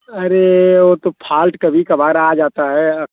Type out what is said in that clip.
अरे वो तो फाल्ट कभी कभार आ जाता है